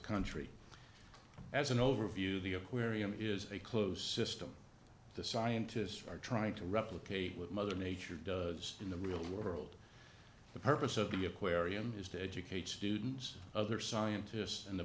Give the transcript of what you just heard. country as an overview the aquarium is a closed system the scientists are trying to replicate what mother nature does in the real world the purpose of the aquarium is to educate students other scientists and the